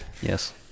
Yes